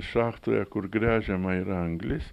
šachtoje kur gręžiama yra anglis